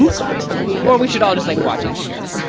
um something and yeah we should all just like watching together.